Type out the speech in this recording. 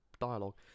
dialogue